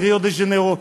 בריו דה-ז'ניירו,